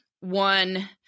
one